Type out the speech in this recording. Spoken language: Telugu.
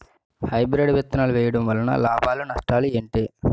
హైబ్రిడ్ విత్తనాలు వేయటం వలన లాభాలు నష్టాలు ఏంటి?